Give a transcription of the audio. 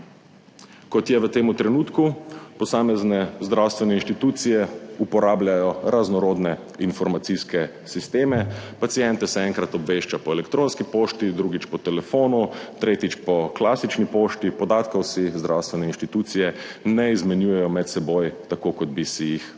Kot je v tem trenutku, posamezne zdravstvene inštitucije uporabljajo raznorodne informacijske sisteme, paciente se enkrat obvešča po elektronski pošti, drugič po telefonu, tretjič po klasični pošti, podatkov si zdravstvene inštitucije ne izmenjujejo med seboj tako kot bi si jih morale